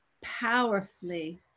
powerfully